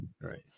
right